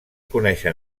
coneixen